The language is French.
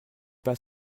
pas